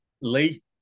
Lee